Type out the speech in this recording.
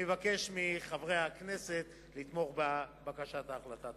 אני מבקש מחברי הכנסת לתמוך בבקשת ההחלטה.